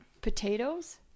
Potatoes